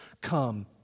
come